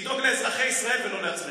לדאוג לאזרחי ישראל ולא לעצמכם.